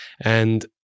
and-